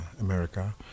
america